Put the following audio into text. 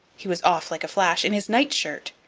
he was off, like a flash, in his nightshirt,